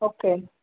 okay